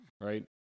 Right